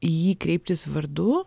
į jį kreiptis vardu